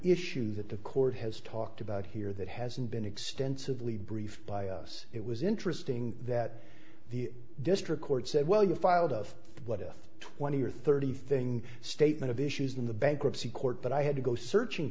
issue that the court has talked about here that hasn't been extensively briefed by us it was interesting that the district court said well you filed of what a twenty or thirty thing statement of issues in the bankruptcy court but i had to go searching